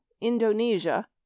Indonesia